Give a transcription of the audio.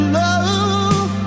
love